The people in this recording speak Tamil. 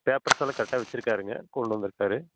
பேப்பர்ஸ் எல்லாம் கரெக்டாக வைச்சிருக்காருங்க கொண்டு வந்திருக்காரு